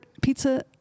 pizza